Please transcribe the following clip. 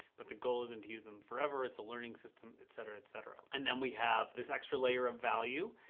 but the goal isn't to use them forever. it's a learning system, etc, etc. and then we have this extra layer of value.